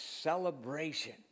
celebration